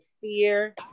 fear